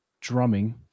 drumming